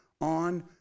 on